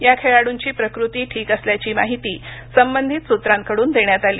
या खेळाडूंची प्रकृती ठीक असल्याची माहिती संबंधित सूत्रांकडून देण्यात आली